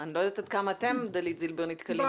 אנחנו לא שמענו חצי ממה שאת ביקשת לומר.